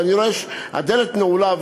ואני רואה שהדלת נעולה.